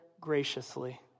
graciously